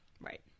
right